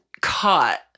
caught